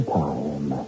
time